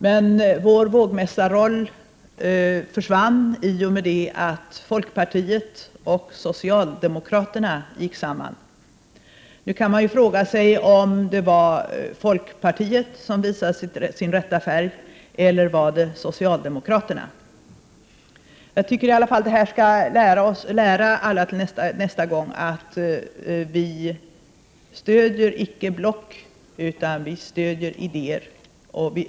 Men vår vågmästarroll försvann i och med att folkpartiet och socialdemokraterna gick samman. Nu kan man fråga sig om det var folkpartiet som visade sin rätta färg eller socialdemokraterna. Jag tycker att detta skall lära alla, till nästa gång, att vi inte stödjer block utan idéer.